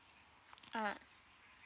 ah